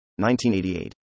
1988